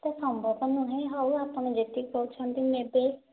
ତ ସମ୍ଭବ ନୁହେଁ ହେଉ ଆପଣ ଯେତିକି କହୁଛନ୍ତି ନେବେ